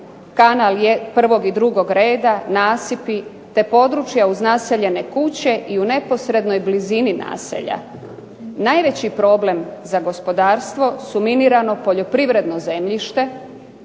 kanal prvog i drugog reda, nasipi te područja uz naseljene kuće i u neposrednoj blizini naselja. Najveći problem za gospodarstvo su minirano poljoprivredno zemljište